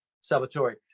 Salvatore